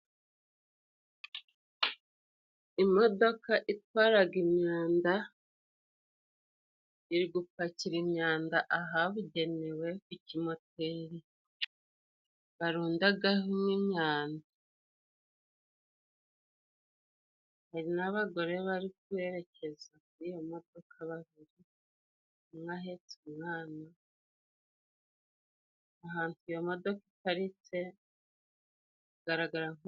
Imodoka itwara imyanda, iri gupakira imyanda ahabugenewe ikimoteri barunda imyanda, hari n'abagore bari kwerekeza kuri iyo modoka, umwe ahetse umwana, ahantu iyo modoka iparitse hagaragara.